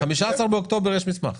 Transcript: ב-15 באוקטובר יש מסמך.